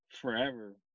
forever